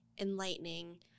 enlightening